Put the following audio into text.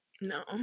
No